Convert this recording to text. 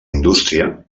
indústria